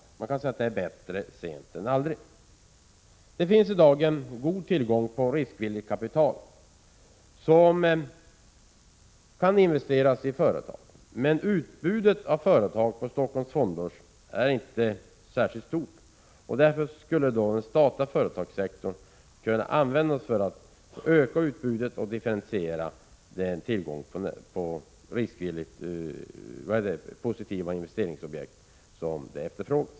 Man kan säga att det är bättre sent än aldrig. Det finns i dag god tillgång på riskvilligt kapital som kan investeras i företag, men utbudet av företag på Stockholms fondbörs är inte särskilt stort. Därför skulle den statliga företagssektorn kunna användas för att öka utbudet och differentiera tillgången på investeringsobjekt.